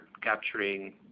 capturing